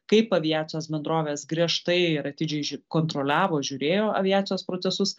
kaip aviacijos bendrovės griežtai ir atidžiai kontroliavo žiūrėjo aviacijos procesus